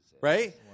Right